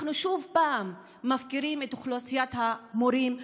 אנחנו שוב מפקירים את אוכלוסיית המורים,